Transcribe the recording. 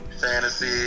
fantasy